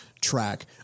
track